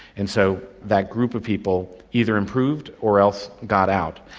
and so that group of people either improved or else got out.